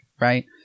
right